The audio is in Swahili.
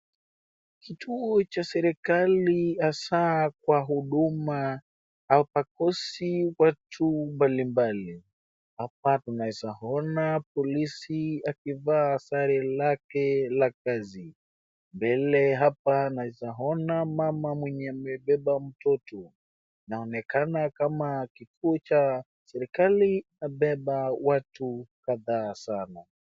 Kituo cha serikali hasa kwa huduma hapakosi watu mbalimbali. Hapa tunawezaona polisi akivaa sare lake la kazi. Mbele hapa naweza ona mama mwenye amebeba mtoto. Inaonekana kama kituo cha serikali hubeba watu kadhaa sana.